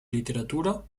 literatura